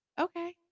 Okay